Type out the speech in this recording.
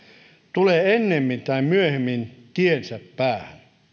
tulee ennemmin tai myöhemmin tiensä päähän